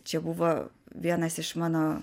čia buvo vienas iš mano